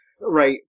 Right